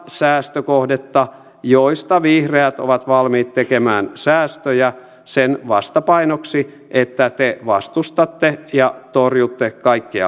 säästökohdetta joista vihreät ovat valmiit tekemään säästöjä sen vastapainoksi että te vastustatte ja torjutte kaikkia